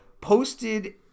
posted